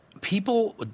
people